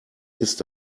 ist